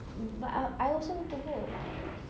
but I I also want to go